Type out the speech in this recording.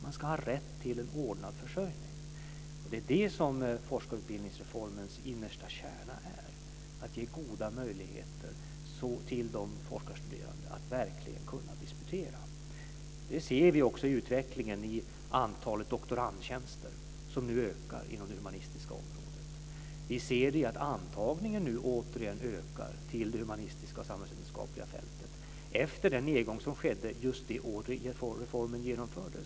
Man ska ha rätt till en ordnad försörjning. Det är det som forskarutbildningsreformens innersta kärna är, att ge goda möjligheter till de forskarstuderande att verkligen kunna disputera. Det ser vi också i utvecklingen i antalet doktorandtjänster som nu ökar inom det humanistiska området. Vi ser det i att antagningen nu återigen ökar till det humanistiska och samhällsvetenskapliga fältet efter den nedgång som skedde just det år som reformen genomfördes.